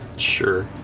sure.